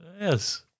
Yes